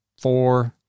four